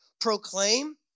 proclaim